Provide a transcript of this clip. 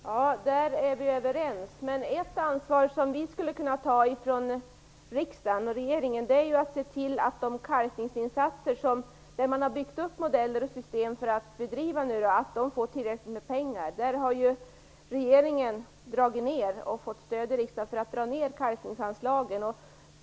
Herr talman! Där är vi överens. Men ett ansvar som vi skulle kunna ta från riksdag och regering är att se till att de kalkningsinsatser som man byggt upp modeller och system för att bedriva får tillräckligt med pengar. Där har regeringen förslagit neddragningar och fått stöd från riksdagen för att dra ner kalkningsanslagen.